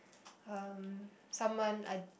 um someone I